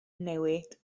newid